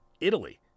Italy